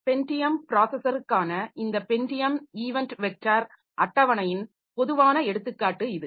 Pentium ப்ராஸஸருக்கான இந்த Pentium event vector அட்டவணையின் பொதுவான எடுத்துக்காட்டு இது